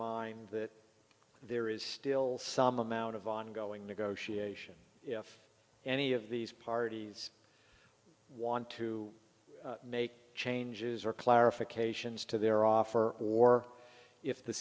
mind that there is still some amount of ongoing negotiation if any of these parties want to make changes or clarifications to their offer or if the